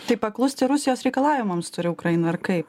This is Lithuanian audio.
tai paklusti rusijos reikalavimams turi ukraina ar kaip